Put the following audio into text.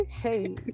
hey